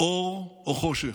אור או חושך.